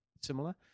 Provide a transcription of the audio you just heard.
similar